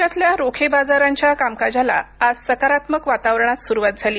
देशातल्या रोखे बाजारांच्या कामकाजाला आज सकारात्मक वातावरणात सुरुवात झाली